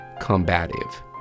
combative